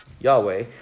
Yahweh